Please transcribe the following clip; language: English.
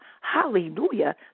hallelujah